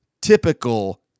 typical